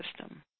system